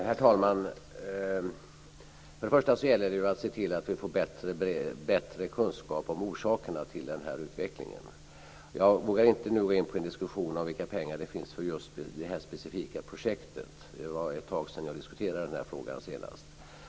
Herr talman! För det första gäller det att se till att vi får bättre kunskap om orsakerna till den här utvecklingen. Jag vågar inte nu gå in på en diskussion om vilka pengar det finns för just det här specifika projektet, det var ett tag sedan jag diskuterade frågan senast.